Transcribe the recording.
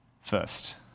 first